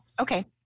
Okay